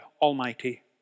Almighty